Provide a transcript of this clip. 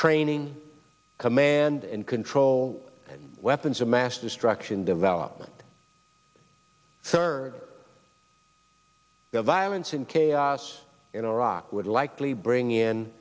training command and control and weapons of mass destruction development third the violence and chaos in iraq would likely bring in